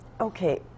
Okay